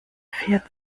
vier